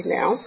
now